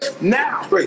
Now